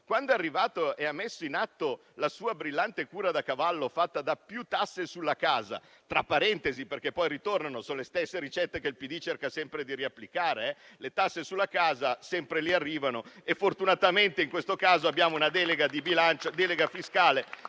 - è arrivato, ha messo in atto la sua brillante cura da cavallo, fatta di più tasse sulla casa. Dico per inciso che poi ritornano. Sono le stesse ricette che il PD cerca sempre di riapplicare: le tasse sulla casa sempre da lì arrivano e fortunatamente in questo caso abbiamo una delega fiscale dove le